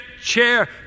Chair